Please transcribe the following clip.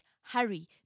hurry